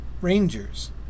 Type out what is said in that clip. Rangers